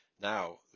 now